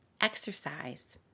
exercise